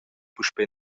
puspei